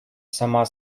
сама